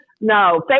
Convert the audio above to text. No